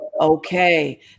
okay